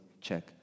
check